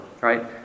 right